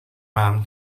mám